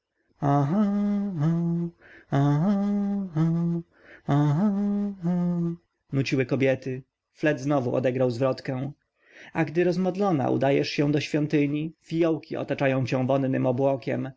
aha-a aha-a nuciły kobiety flet znowu odegrał zwrotkę a gdy rozmodlona udajesz się do świątyni fiołki otaczają cię wonnym obłokiem